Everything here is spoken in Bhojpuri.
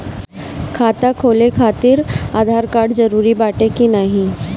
खाता खोले काहतिर आधार कार्ड जरूरी बाटे कि नाहीं?